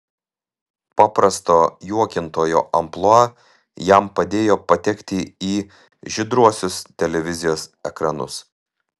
paprasto juokintojo amplua jam padėjo patekti į žydruosius televizijos ekranus